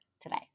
today